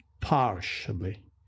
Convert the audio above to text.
partially